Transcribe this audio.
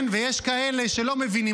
יש כאלה שלא מבינים.